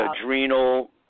adrenal